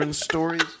stories